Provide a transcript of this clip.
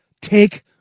take